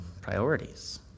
priorities